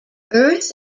earth